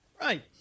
Right